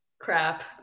Crap